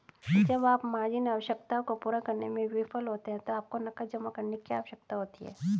जब आप मार्जिन आवश्यकताओं को पूरा करने में विफल होते हैं तो आपको नकद जमा करने की आवश्यकता होती है